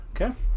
Okay